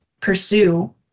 pursue